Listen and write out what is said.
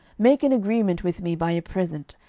make an agreement with me by a present,